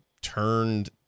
turned